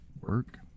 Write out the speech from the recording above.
work